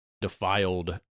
defiled